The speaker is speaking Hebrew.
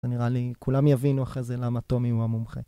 נראה לי כולם יבינו אחרי זה למה טומי הוא המומחה.